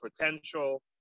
potential